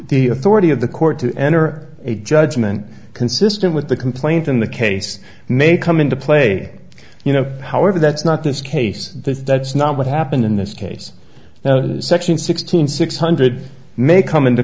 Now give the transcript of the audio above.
the authority of the court to enter a judgment consistent with the complaint in the case may come into play you know however that's not this case that's not what happened in this case now the section six thousand six hundred may come into